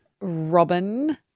Robin